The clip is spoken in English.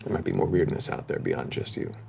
might be more weirdness out there beyond just you.